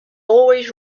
always